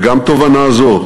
וגם תובנה זו